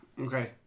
Okay